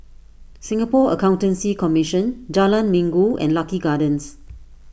Singapore Accountancy Commission Jalan Minggu and Lucky Gardens